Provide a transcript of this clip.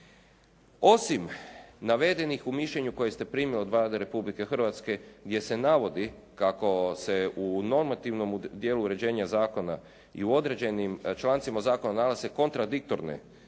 Osim navedenih u mišljenju koje ste primili od Vlade Republike Hrvatske gdje se navodi kako se u normativnom dijelu uređenja zakona i u određenim člancima zakona nalaze kontradiktorne